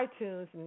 itunes